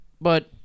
but-